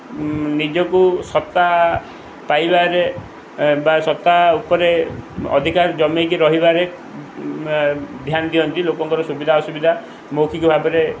ନିଜକୁ ସତ୍ତା ପାଇବାରେ ବା ସତ୍ତା ଉପରେ ଅଧିକାର ଜମେଇକି ରହିବାରେ ଧ୍ୟାନ ଦିଅନ୍ତି ଲୋକଙ୍କର ସୁବିଧା ଅସୁବିଧା ମୌଖିକ ଭାବରେ